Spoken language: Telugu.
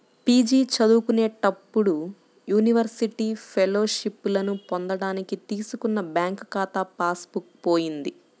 పీ.జీ చదువుకునేటప్పుడు యూనివర్సిటీ ఫెలోషిప్పులను పొందడానికి తీసుకున్న బ్యాంకు ఖాతా పాస్ బుక్ పోయింది